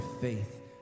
faith